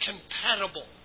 compatible